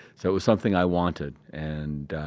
so, it was something i wanted and, ah,